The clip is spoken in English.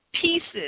pieces